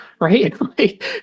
right